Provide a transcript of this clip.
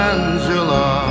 Angela